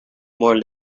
more